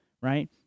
right